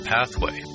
Pathway